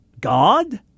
god